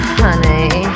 honey